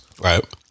Right